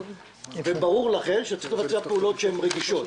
וברור לכן שצריך לבצע פעולות רגישות.